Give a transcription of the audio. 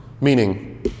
Meaning